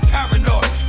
Paranoid